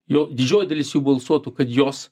jo didžioji dalis jų balsuotų kad jos